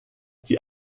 die